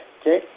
okay